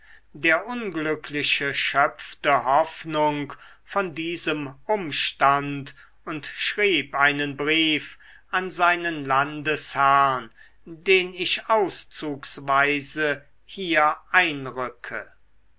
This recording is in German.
der unglückliche schöpfte hoffnung von diesem umstand und schrieb einen brief an seinen landesherrn den ich auszugsweise hier einrücke